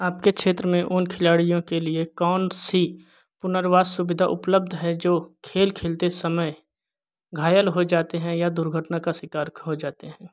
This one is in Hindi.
आपके क्षेत्र में उन खिलाड़ियों के लिए कौन सी पुनर्वास सुविधा उपलब्ध है जो खेल खेलते समय घायल हो जाते है या दुर्घटना के शिकार हो जाते हैं